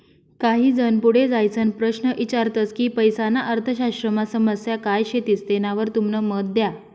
काही जन पुढे जाईसन प्रश्न ईचारतस की पैसाना अर्थशास्त्रमा समस्या काय शेतीस तेनावर तुमनं मत द्या